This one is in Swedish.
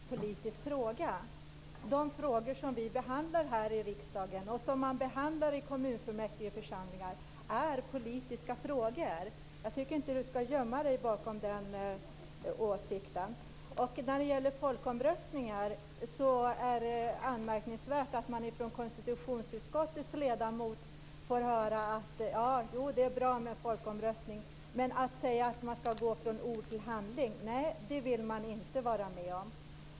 Fru talman! Jag tycker att det är lite märkligt att Mats Berglind säger att det inte är en politisk fråga. De frågor som vi behandlar här i riksdagen och de frågor som man behandlar i kommunfullmäktigeförsamlingar är politiska frågor, så jag tycker inte att Matsf Berglind skall gömma dig bakom den åsikten. När det gäller folkomröstningar är det anmärkningsvärt att från en ledamot i konstitutionsutskottet få höra att det är bra med folkomröstningar, men att gå från ord till handling - nej, det vill man inte vara med om.